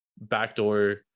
backdoor